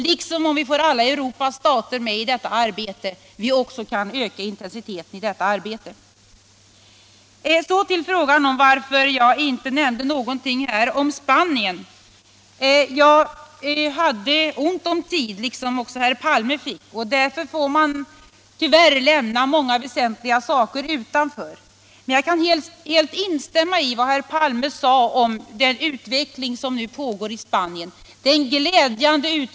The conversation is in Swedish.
Vidare kan vi öka intensiteten i detta arbete om vi får alla Europas stater med i det. Så till frågan om varför jag inte nämnde någonting om Spanien. Jag hade ont om tid som herr Palme också fick. I sådana lägen får man lämna många väsentliga saker utanför. Men jag kan helt instämma i vad herr Palme sade om den utveckling som nu pågår i Spanien.